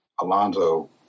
Alonso